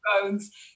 phones